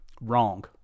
Wrong